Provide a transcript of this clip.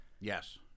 Yes